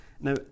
now